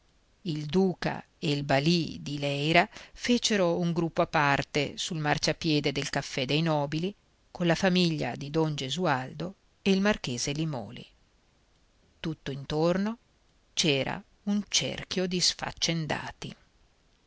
il duca e il balì di leyra fecero un gruppo a parte sul marciapiede del caffè dei nobili colla famiglia di don gesualdo e il marchese limòli tutt'intorno c'era un cerchio di sfaccendati